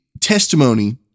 testimony